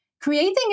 creating